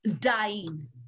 dying